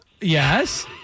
Yes